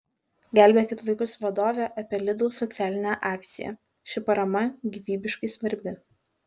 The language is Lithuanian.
gelbėkit vaikus vadovė apie lidl socialinę akciją ši parama gyvybiškai svarbi